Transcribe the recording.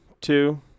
two